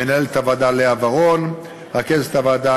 מנהלת הוועדה לאה ורון, מרכזת הוועדה